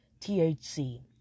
thc